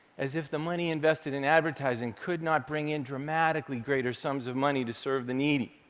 as if the money invested in advertising could not bring in dramatically greater sums of money to serve the needy.